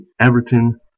Everton